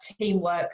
teamwork